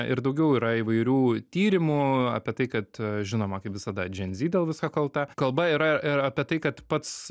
ir daugiau yra įvairių tyrimų apie tai kad žinoma kaip visada dženzy dėl visko kalta kalba yra ir apie tai kad pats